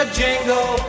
jingle